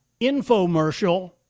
infomercial